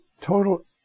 total